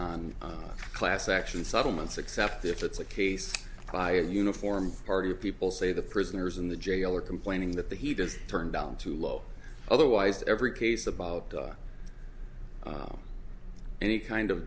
on class action settlements accept if it's a case by a uniform party people say the prisoners in the jail are complaining that the he does turned down too low otherwise every case about any kind of